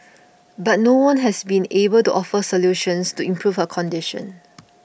but no one has been able to offer solutions to improve her condition